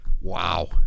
Wow